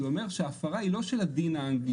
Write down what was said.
זה אומר שההפרה היא לא של הדין האנגלי,